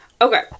okay